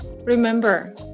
Remember